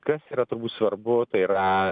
kas yra turbūt svarbu tai yra